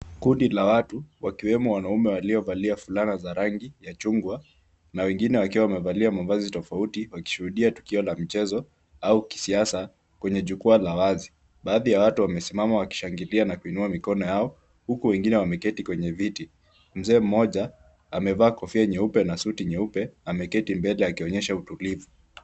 Kundi la watu wakiwemo wanaume waliovalia fulana za rangi ya chungwa na wengine wakiwa wamevalia mavazi tofauti wakishuhudia tukio la mchezo au kisiasa kwenye jukwaa la wazi. Baadhi ya watu wamesimama wakishangilia na kuinua mikono yao huku wengine wameketi kwenye viti. Mzee mmoja amevaa kofia nyeupe na suti nyeupe ameketi mbele akionyesha utulivu.